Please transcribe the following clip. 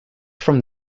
from